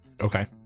Okay